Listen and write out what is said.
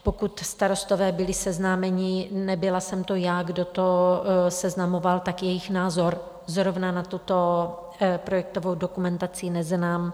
Pokud starostové byli seznámeni, nebyla jsem to já, kdo seznamoval, tak jejich názor zrovna na tuto projektovou dokumentaci neznám.